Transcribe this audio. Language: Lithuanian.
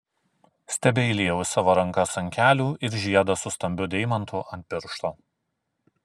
stebeilijau į savo rankas ant kelių ir žiedą su stambiu deimantu ant piršto